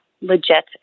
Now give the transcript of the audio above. legit